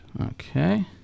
Okay